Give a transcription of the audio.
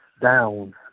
down